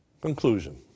Conclusion